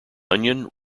onion